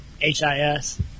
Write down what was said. H-I-S